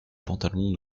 pantalon